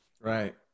right